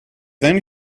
then